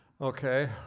Okay